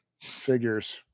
figures